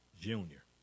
Junior